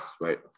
right